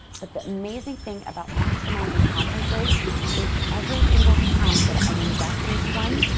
but the amazing thing about masterminds and conferences is every single time that i invest into one,